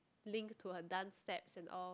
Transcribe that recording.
link to her dance steps and all